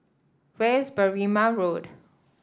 where is Berrima Road